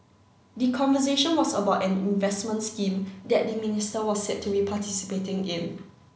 the conversation was about an investment scheme that the minister was said to be participating in